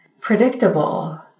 predictable